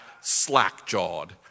slack-jawed